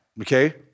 okay